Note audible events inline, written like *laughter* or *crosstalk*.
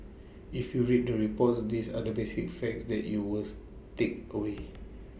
if you read the reports these are the basic facts that you will *noise* take away